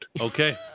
Okay